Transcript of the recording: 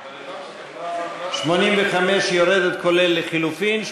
מס' 85 יורדת, כולל לחלופין.